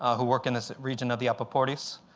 ah who work in this region of the apaporis.